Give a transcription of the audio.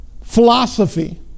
philosophy